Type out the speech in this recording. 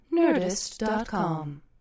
Nerdist.com